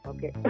Okay